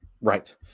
Right